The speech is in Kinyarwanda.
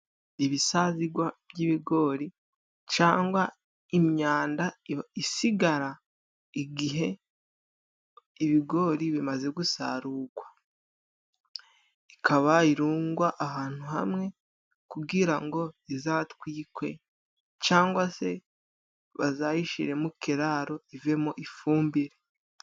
Ibisazigwa by'ibigori cyangwa imyanda isigara igihe ibigori bimaze gusarurwa，ikaba irungwa ahantu hamwe， kugira ngo izatwikwe cyangwa se bazayishyire mu kiraro ivemo ifumbire.